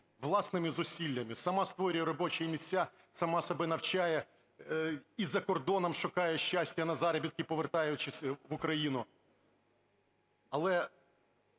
власними зусиллями: сама створює робочі місця, сама себе навчає і за кордоном шукає щастя на заробітках, повертаючись в Україну. Але